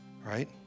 right